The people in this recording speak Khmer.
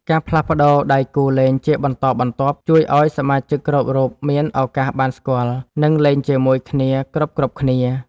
ការផ្លាស់ប្តូរដៃគូលេងជាបន្តបន្ទាប់ ជួយឱ្យសមាជិកគ្រប់រូបមានឱកាសបានស្គាល់ និងលេងជាមួយគ្នាគ្រប់ៗគ្នា។